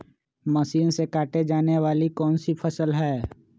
Machine से काटे जाने वाली कौन सी फसल है?